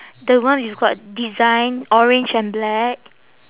the one with got design orange and black